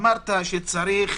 אמרת שצריך